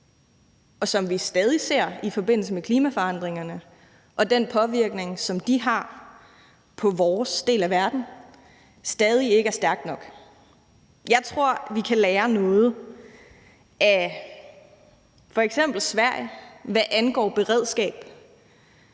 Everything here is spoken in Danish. og som vi stadig ser i forbindelse med klimaforandringerne og den påvirkning, som de har på vores del af verden, stadig ikke er stærkt nok. Jeg tror, vi kan lære noget af f.eks. Sverige, hvad angår beredskab.